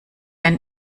einen